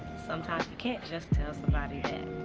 sometimes you can't just tell somebody